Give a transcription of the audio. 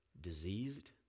diseased